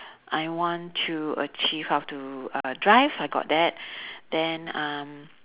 I want to achieve how to uh drive I got that then um